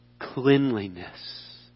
Cleanliness